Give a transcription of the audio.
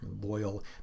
loyal